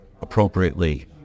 appropriately